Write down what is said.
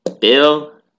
Bill